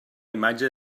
imatge